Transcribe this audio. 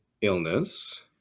illness